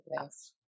yes